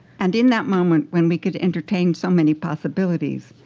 and in that moment, when we could entertain so many possibilities,